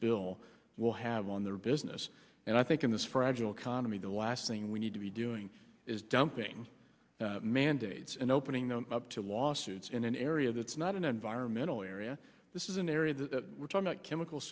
bill will have on their business and i think in this fragile economy the last thing we need to be doing is dumping mandates and opening them up to lawsuits in an area that's not an environmental area this is an area that we're talking not chemical